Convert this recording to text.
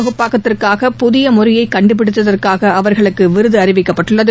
தொகுப்பாக்கத்திற்கான புதிய முறையை கண்டுபிடித்ததற்காக மரபனு விருது அறிவிக்கப்பட்டுள்ளது